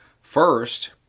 First